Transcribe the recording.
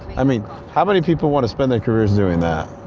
i mean how many people want to spend their careers doing that?